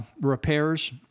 repairs